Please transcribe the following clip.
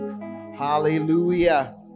hallelujah